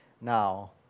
Now